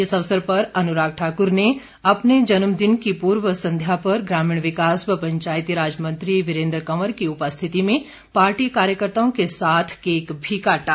इस अवसर पर अनुराग ठाकुर ने अपने जन्मदिन की पूर्व संध्या पर ग्रामीण विकास व पंचायतीराज मंत्री वीरेंद्र कंवर की उपस्थिति में पार्टी कार्यकर्ताओं के साथ केक भी काटा